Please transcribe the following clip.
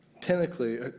technically